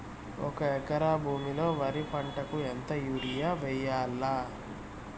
ఒక ఎకరా భూమిలో వరి పంటకు ఎంత యూరియ వేయల్లా?